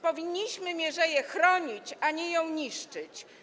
Powinniśmy tę mierzeję chronić, a nie ją niszczyć.